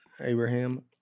Abraham